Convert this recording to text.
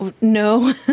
no